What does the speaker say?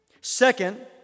Second